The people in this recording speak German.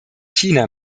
china